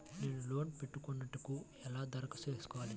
నేను లోన్ పెట్టుకొనుటకు ఎలా దరఖాస్తు చేసుకోవాలి?